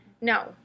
No